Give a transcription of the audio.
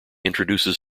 introduces